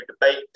debate